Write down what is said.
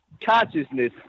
consciousness